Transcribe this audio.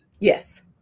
Yes